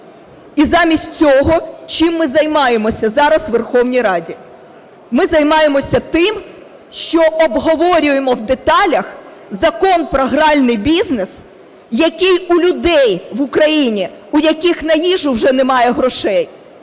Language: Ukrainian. І замість цього, чим ми займаємося зараз у Верховній Раді? Ми займаємося тим, що обговорюємо в деталях Закон про гральний бізнес, який у людей в Україні, у яких на їжу вже немає грошей,